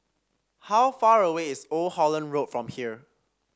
how far away is Old Holland Road from here